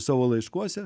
savo laiškuose